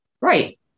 right